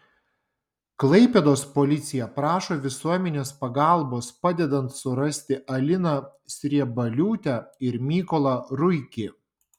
klaipėdos policija prašo visuomenės pagalbos padedant surasti aliną sriebaliūtę ir mykolą ruikį